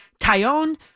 Tyone